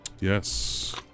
Yes